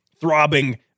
throbbing